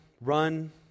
run